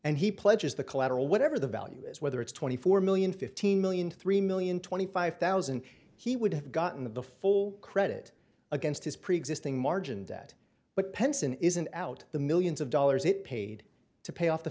and he pledges the collateral whatever the value is whether it's twenty four million fifteen million three million twenty five thousand he would have gotten the full credit against his preexisting margin debt but penson isn't out the millions of dollars it paid to pay off the